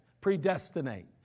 predestinate